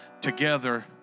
together